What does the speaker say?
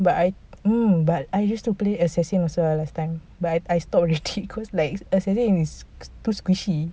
but I hmm but I used to play assassin also ah last time but I stop already cause like assassin is too squishy